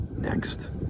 next